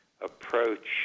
approach